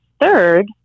third